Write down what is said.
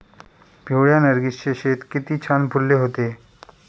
पिवळ्या नर्गिसचे शेत किती छान फुलले होते